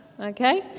Okay